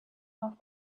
off